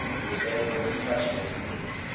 his head nearly touching his knees.